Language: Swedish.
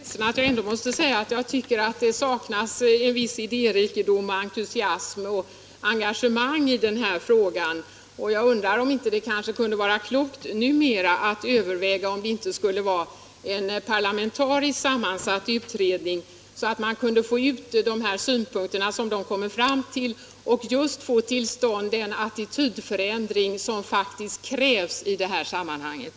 Herr talman! Jag är ledsen att jag ändå måste säga att jag tycker att det i viss mån saknas idérikedom, entusiasm och engagemang i den här frågan. Jag undrar numera om det inte skulle vara klokt att överväga om det kanske borde vara en parlamentariskt sammansatt utredning, för att få ut de synpunkter som utredningen kommer fram till och just få till stånd en attitydförändring, som faktiskt krävs i det här sammanhanget.